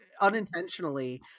unintentionally